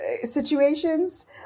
situations